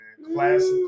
Classic